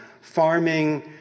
farming